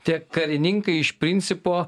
tie karininkai iš principo